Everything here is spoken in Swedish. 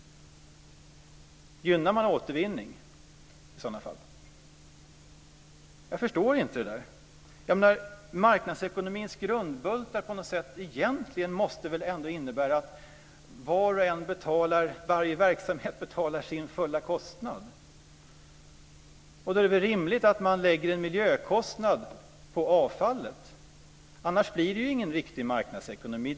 Jag förstår inte det där. Marknadsekonomins grundbultar måste väl ändå egentligen innebära att var och en och varje verksamhet betalar sin fulla kostnad. Annars blir det ju ingen riktig marknadsekonomi.